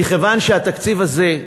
מכיוון שהתקציב הזה,